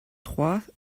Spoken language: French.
trois